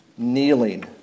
kneeling